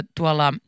tuolla